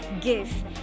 give